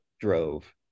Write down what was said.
drove